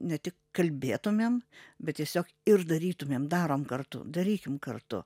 ne tik kalbėtumėm bet tiesiog ir darytumėm darom kartu darykim kartu